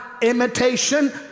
imitation